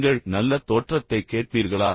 நீங்கள் நல்ல தோற்றத்தைக் கேட்பீர்களா